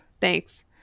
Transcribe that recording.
Thanks